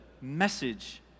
message